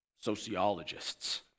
sociologists